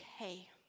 okay